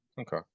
Okay